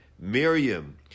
Miriam